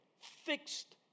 fixed